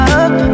up